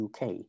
UK